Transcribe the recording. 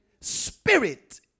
Spirit